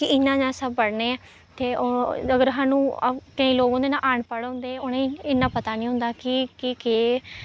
कि इ'यां इ'यां सब पढ़ने आं ते ओह् अगर सानूं केईं लोक होंदे ना अनपढ़ होंदे उ'नेंगी इन्ना पता निं होंदा कि केह् केह्